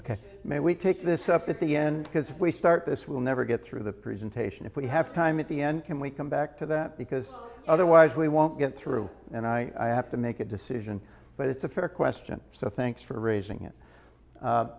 ok maybe we take this up at the end because if we start this will never get through the presentation if we have time at the end can we come back to that because otherwise we won't get through and i have to make a decision but it's a fair question so thanks for raising it